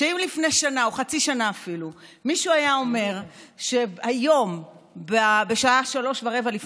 אם לפני שנה או אפילו חצי שנה מישהו היה אומר שהיום בשעה 03:15,